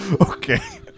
Okay